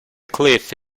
cliff